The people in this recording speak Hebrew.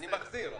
אני מחזיר.